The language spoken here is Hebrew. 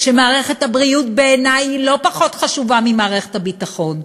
שבעיני מערכת הבריאות אינה פחות חשובה ממערכת הביטחון,